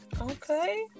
okay